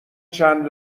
چند